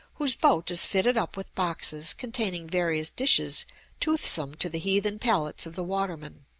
whose boat is fitted up with boxes containing various dishes toothsome to the heathen palates of the water-men.